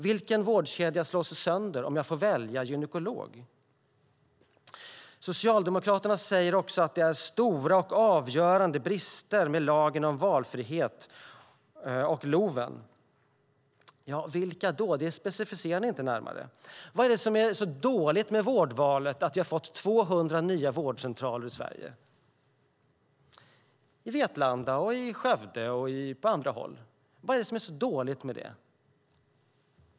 Vilken vårdkedja slås sönder om jag får välja gynekolog? Socialdemokraterna säger också att det finns stora och avgörande brister med lagen om valfrihet. Vilka då? Det specificerar ni inte närmare. Vad är det som är så dåligt med vårdvalet, som har gjort att vi har fått 200 nya vårdcentraler i Sverige, bland annat i Vetlanda, Skövde och på andra håll? Vad är det som är så dåligt med det?